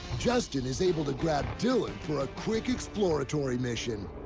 justin is able to grab dylan for a quick exploratory mission.